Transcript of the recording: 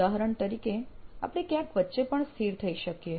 ઉદાહરણ તરીકે આપણે ક્યાંક વચ્ચે પણ સ્થિર થઇ શકીએ